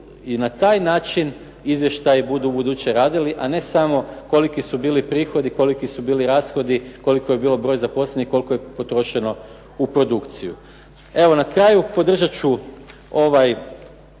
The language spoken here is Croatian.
i na taj način izvještaji budu u buduće radili a ne samo koliki su bili prihodi, koliki su bili rashodi, koliki je bio broj zaposlenih, koliko je potrošeno u produkciju. Evo na kraju, podržat ću ovaj